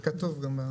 זה כתוב במסמך.